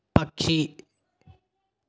పక్షి